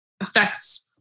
affects